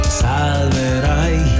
salverai